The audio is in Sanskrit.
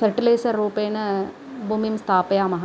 फ़र्टिलैजर् रूपेण भूमौ स्थापयामः